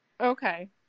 Okay